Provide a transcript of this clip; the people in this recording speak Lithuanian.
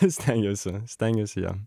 stengiausi stengiausi jo